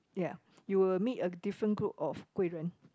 ya you will meet a different group of 贵人